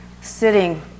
sitting